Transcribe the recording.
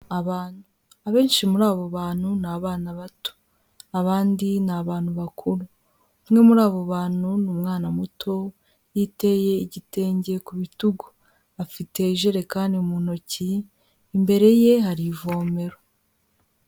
Abantu, abenshi muri abo bantu ni abana bato, abandi ni abantu bakuru, umwe muri abo bantu ni umwana muto yiteye igitenge ku bitugu, afite ijerekani mu ntoki, imbere ye hari ivomero.